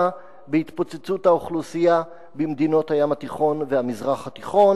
בהתפוצצות האוכלוסייה במדינות הים התיכון והמזרח התיכון,